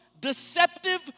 deceptive